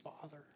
father